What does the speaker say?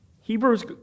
Hebrews